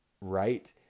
right